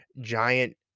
giant